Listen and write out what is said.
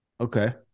Okay